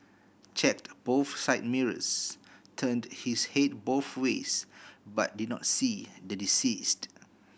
checked both side mirrors turned his head both ways but did not see the deceased